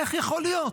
איך יכול להיות?